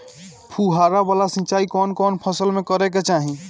फुहारा वाला सिंचाई कवन कवन फसल में करके चाही?